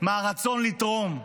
מהרצון לתרום.